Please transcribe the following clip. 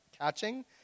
catching